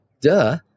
duh